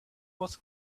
was